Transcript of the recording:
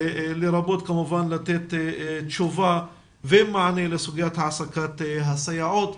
לרבות כמובן לתת תשובה ומענה לסוגיית העסקת הסייעות.